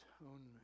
atonement